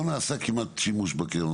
לא נעשה כמעט שימוש בקרן,